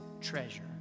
treasure